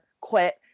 quit